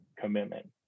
Commitment